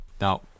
Now